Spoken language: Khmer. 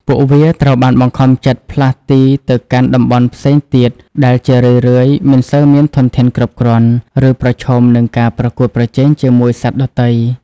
ពួកវាត្រូវបានបង្ខំចិត្តផ្លាស់ទីទៅកាន់តំបន់ផ្សេងទៀត ដែលជារឿយៗមិនសូវមានធនធានគ្រប់គ្រាន់ ឬប្រឈមនឹងការប្រកួតប្រជែងជាមួយសត្វដទៃ។